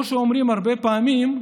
כמו שאומרים הרבה פעמים,